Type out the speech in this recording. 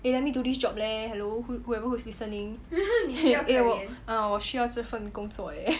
eh let me do this job leh hello who~ whoever is listening 我需要这份工作 eh